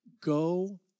Go